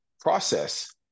process